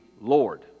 Lord